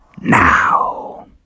now